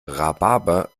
rhabarber